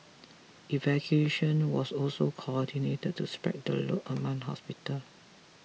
evacuation was also coordinated to spread the load among hospital